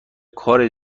کار